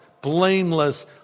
blameless